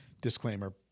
disclaimer